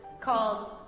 called